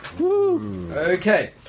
Okay